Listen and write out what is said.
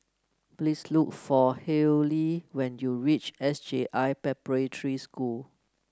please look for Hayley when you reach S J I Preparatory School